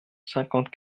cinquante